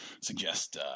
suggest